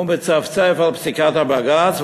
הוא מצפצף על פסיקת הבג"ץ,